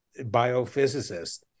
biophysicist